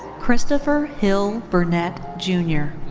christopher hill burnett junior.